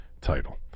title